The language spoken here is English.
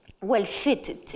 well-fitted